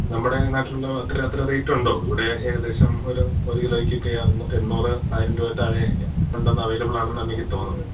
നമ്മുടെ നാട്ടിലുള്ള അത്ര അത്ര റേറ്റ് ഉണ്ടോ ഇവിടെ ഏകദേശം ഒരു ഒരു കിലോയ്ക്കൊക്കെ എണ്ണൂറ് ആയിരം രൂപ താഴെ ഉണ്ടെന്നാണ് അവൈലബിളാണെന്നാണ് എനിക്ക് തോന്നുന്നത്